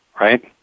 right